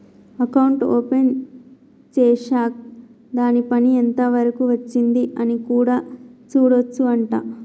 account open చేశాక్ దాని పని ఎంత వరకు వచ్చింది అని కూడా చూడొచ్చు అంట